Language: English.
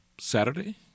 Saturday